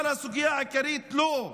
אבל על הסוגיה העיקרית, לא.